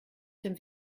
dem